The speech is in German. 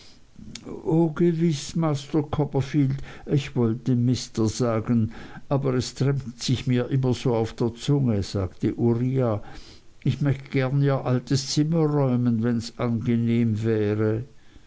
o gewiß master copperfield ich wollte mister sagen aber es drängt sich mir immer so auf der zunge sagte uriah ich mecht gern ihr altes zimmer räumen wenns angenehm wäre